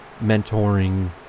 mentoring